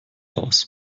aus